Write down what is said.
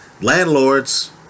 Landlords